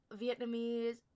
Vietnamese